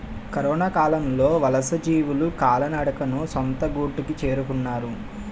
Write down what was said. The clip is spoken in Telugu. కరొనకాలంలో వలసజీవులు కాలినడకన సొంత గూటికి చేరుకున్నారు